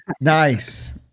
Nice